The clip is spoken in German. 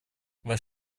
was